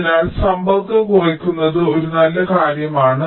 അതിനാൽ സമ്പർക്കം കുറയ്ക്കുന്നത് ഒരു നല്ല കാര്യമാണ്